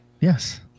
Yes